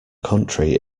country